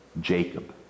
Jacob